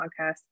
podcast